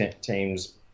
teams